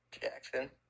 Jackson